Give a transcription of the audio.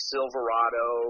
Silverado